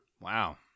Wow